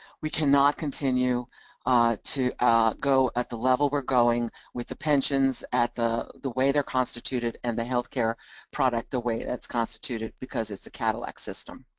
we cannot continue to go at the level we're going with the pensions at the the way they're constituted and the healthcare product the way that's constituted because it's a cadillac system.